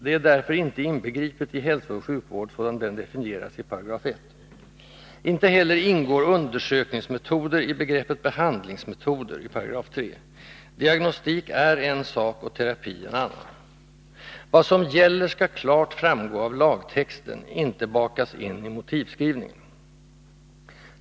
Det är därför inte inbegripet i ”hälsooch sjukvård” sådan denna definieras i 1 §. Inte heller ingår undersökningsmetoder i begreppet behandlingsmetoder i 3 §. Diagnostik är en sak, terapi en annan. Vad som gäller skall klart framgå av lagtexten, inte bakas in i motivskrivningen.